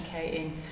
educating